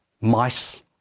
mice